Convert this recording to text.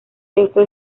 esto